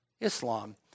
Islam